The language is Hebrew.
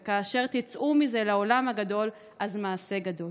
וכאשר תצאו מזה לעולם הגדול, אז מעשה גדול.